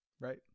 right